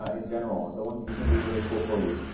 ah in general, the ones you think would be really cool for you,